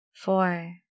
four